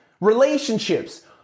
relationships